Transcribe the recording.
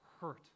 hurt